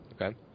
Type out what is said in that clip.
Okay